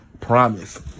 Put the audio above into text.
Promise